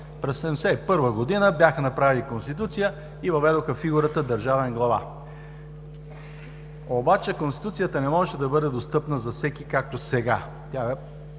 През 1971 г. бяха направили Конституция и въведоха фигурата „държавен глава“. Обаче Конституцията не можеше да бъде достъпна за всеки, както сега,